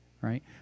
right